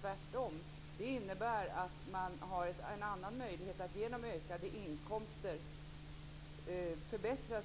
Tvärtom innebär det att man har en annan möjlighet att genom ökade inkomster förbättra